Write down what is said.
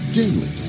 daily